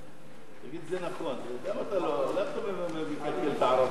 "טדי" תודה רבה לחבר הכנסת מיכאל בן-ארי.